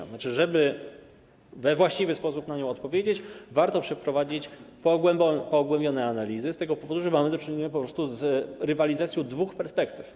To znaczy, żeby we właściwy sposób na nią odpowiedzieć, warto przeprowadzić pogłębione analizy, z tego powodu, że mamy do czynienia po prostu z rywalizacją dwóch perspektyw.